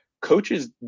coaches